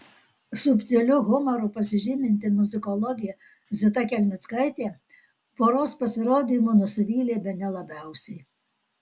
subtiliu humoru pasižyminti muzikologė zita kelmickaitė poros pasirodymu nusivylė bene labiausiai